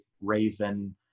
Raven